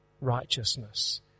righteousness